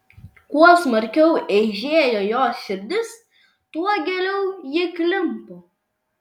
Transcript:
kuo smarkiau eižėjo jos širdis tuo giliau ji klimpo